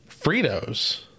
Fritos